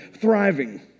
Thriving